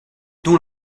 dont